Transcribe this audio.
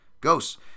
Ghosts